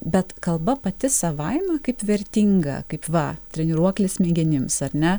bet kalba pati savaime kaip vertinga kaip va treniruoklis smegenims ar ne